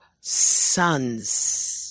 sons